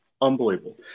Unbelievable